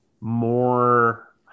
more